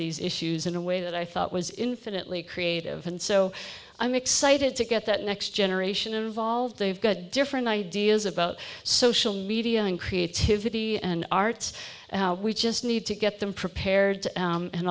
these issues in a way that i thought was infinitely creative and so i'm excited to get that next generation involved they've got different ideas about social media and creativity and arts and how we just need to get them prepared